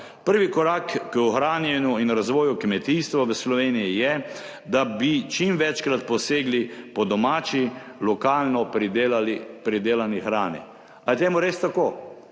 Prvi korak k ohranjanju in razvoju kmetijstva v Sloveniji je, da bi čim večkrat posegli po domači, lokalno pridelani hrani. Ali je temu res tako?